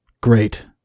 Great